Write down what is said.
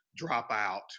dropout